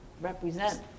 represent